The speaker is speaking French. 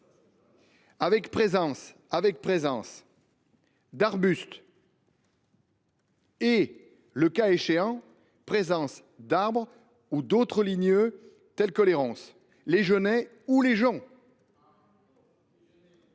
avec présence d’arbustes et, le cas échéant, présence d’arbres ou d’autres ligneux tels que les ronces, les genêts ou les ajoncs